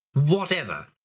whatever,